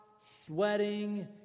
sweating